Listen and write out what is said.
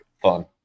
fun